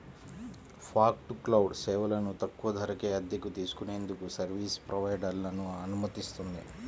fog to cloud సేవలను తక్కువ ధరకే అద్దెకు తీసుకునేందుకు సర్వీస్ ప్రొవైడర్లను అనుమతిస్తుంది